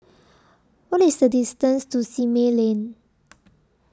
What IS The distance to Simei Lane